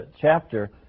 chapter